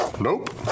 Nope